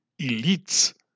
elites